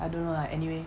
I don't know lah anyway